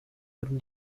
wurden